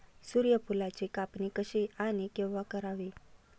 सूर्यफुलाची कापणी कशी आणि केव्हा करावी?